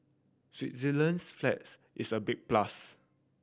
Switzerland's flag is a big plus